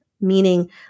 meaning